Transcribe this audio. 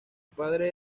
padre